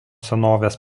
senovės